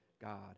God